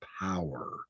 power